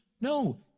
No